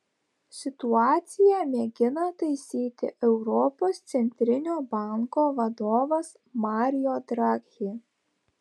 situaciją mėgina taisyti europos centrinio banko vadovas mario draghi